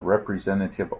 representative